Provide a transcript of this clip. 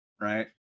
right